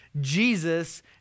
Jesus